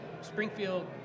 Springfield